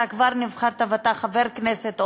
אתה כבר נבחרת ואתה חבר כנסת,